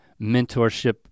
mentorship